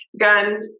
gun